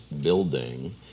building